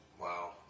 Wow